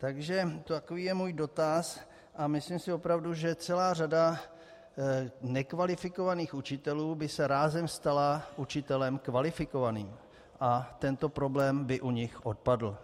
Takže takový je můj dotaz a myslím si opravdu, že celá řada nekvalifikovaných učitelů by se rázem stala učitelem kvalifikovaným A tento problém by u nich odpadl.